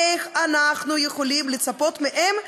איך אנחנו יכולים לצפות מהם,